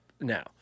now